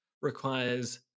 requires